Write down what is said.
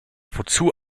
wozu